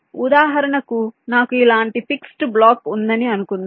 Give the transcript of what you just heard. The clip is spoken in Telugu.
ఉదాహరణకు నాకు ఇలాంటి ఫిక్స్డ్ బ్లాక్ ఉందని అనుకుందాం